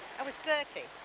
i was thirty.